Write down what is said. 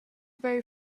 very